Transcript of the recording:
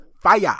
fire